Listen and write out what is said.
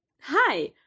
hi